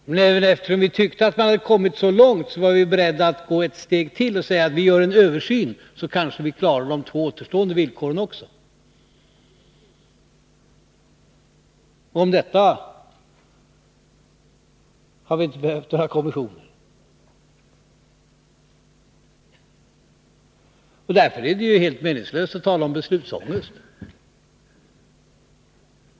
Men även eftersom vi tyckte att man hade kommit så långt var vi beredda att gå ett steg till och säga att vi gör en översyn, så kanske vi klarar också de två återstående villkoren. För detta har viinte behövt några kommissioner. Därför är det helt meningslöst att tala om beslutsångest.